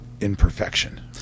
imperfection